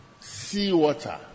seawater